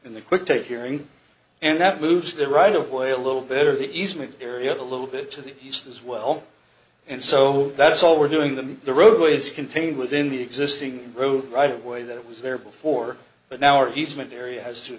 in the quick take hearing and that moves the right of way a little bit of the easement area a little bit to the east as well and so that's all we're doing them the roadways contained within the existing road right of way that was there before but now our easement area has to